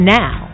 now